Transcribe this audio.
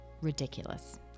ridiculous